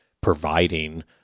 providing